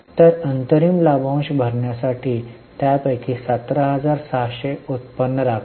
तर अंतरिम लाभांश भरण्यासाठी त्यापैकी 17600 उत्पन्न राखले